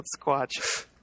Squatch